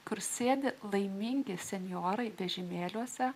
kur sėdi laimingi senjorai vežimėliuose